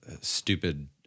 stupid